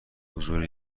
حضور